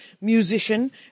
musician